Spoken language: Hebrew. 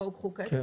בואו קחו כסף,